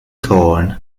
torn